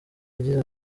yagize